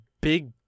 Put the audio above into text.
big